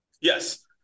Yes